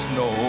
no